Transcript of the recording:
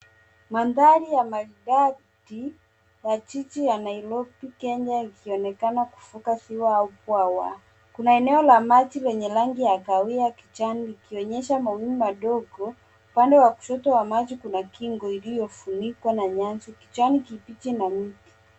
Mandhari ya mandhari ya jiji la Nairobi Kenya ikionekana kuvuka ziwa au bwawa. Kuna eneo la maji yenye rangi ya kahawia, kijani likionyesha mawingu madogo. Upande wa kushoto wa maji kuna kingo uliofunikwa na nyasi, kijani kibichi na miti.